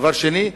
דבר שני,